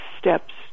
steps